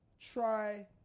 try